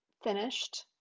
Finished